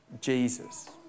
Jesus